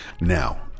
Now